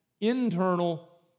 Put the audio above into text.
internal